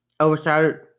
overshadowed